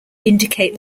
indicate